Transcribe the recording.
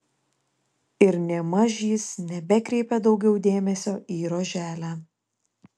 ir nėmaž jis nebekreipė daugiau dėmesio į roželę